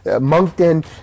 Moncton